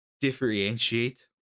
differentiate